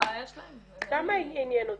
עניין אותי.